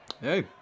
Hey